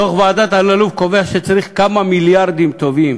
דוח ועדת אלאלוף, קובע שצריך כמה מיליארדים טובים